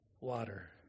water